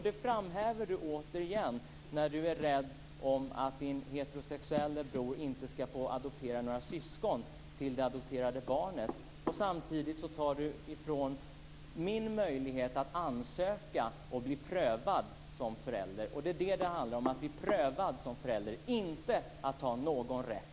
Det framhäver han återigen när han säger att han är rädd för att hans heterosexuelle bror inte ska få adoptera några syskon till det adopterade barnet. Samtidigt tar han ifrån mig min möjlighet att ansöka och bli prövad som förälder. Det är det som det handlar om - att bli prövad som förälder - inte att ha rätt.